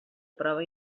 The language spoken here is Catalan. prova